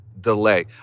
delay